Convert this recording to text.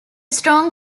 strong